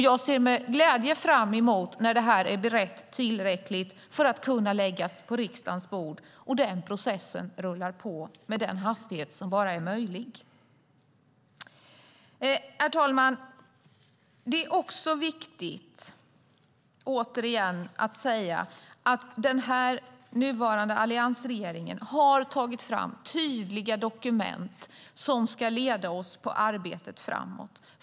Jag ser med glädje fram emot när det här är tillräckligt berett för att kunna läggas på riksdagens bord, och den processen rullar på med så hög hastighet som bara är möjlig. Herr talman! Det är också viktigt, återigen, att säga att den nuvarande alliansregeringen har tagit fram tydliga dokument som ska leda oss i arbetet framåt.